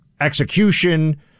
execution